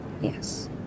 Yes